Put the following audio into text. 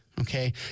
Okay